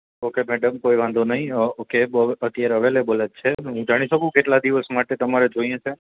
okay madam કોઈ વાંધો નઈ ઓકે બઉ અત્યારે અવેલેબલ જ છે ને હું જાણી શકું કે કેટલા દિવસ માટે તમારે જોઈએ છે